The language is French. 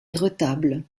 retables